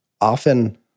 often